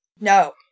no